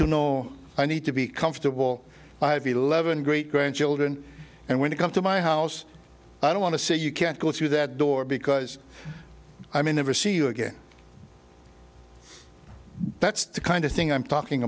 to know i need to be comfortable i have eleven great grandchildren and when you come to my house i don't want to say you can't go through that door because i may never see you again that's the kind of thing i'm talking